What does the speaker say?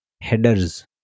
headers